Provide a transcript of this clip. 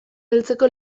beltzeko